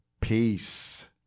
peace